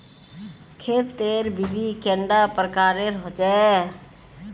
खेत तेर विधि कैडा प्रकारेर होचे?